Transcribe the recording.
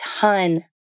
ton